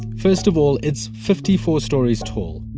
first of all, it's fifty four stories tall.